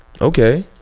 Okay